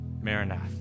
Maranatha